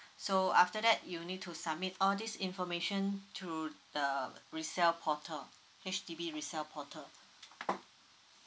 so after that you need to submit all this information through the resale portal H_D_B resale portal